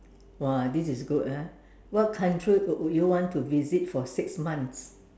!wah! this is good ah what country would you want to visit for six months